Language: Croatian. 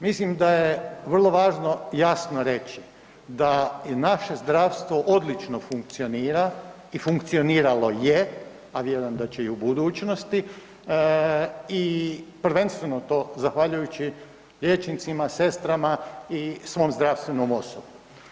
Mislim da je vrlo važno jasno reći da naše zdravstvo odlično funkcionira i funkcioniralo je, a vjerujem da će i u budućnosti i prvenstveno to zahvaljujući liječnicima, sestrama i svom zdravstvenom osoblju.